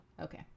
Okay